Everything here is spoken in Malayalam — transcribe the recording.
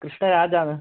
കൃഷ്ണരാജ് ആണ്